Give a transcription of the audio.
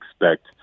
expect